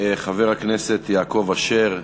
חבר הכנסת יעקב אשר נמצא?